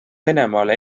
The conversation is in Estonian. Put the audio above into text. venemaale